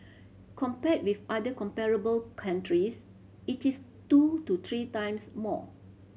compared with other comparable countries it is two to three times more